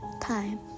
time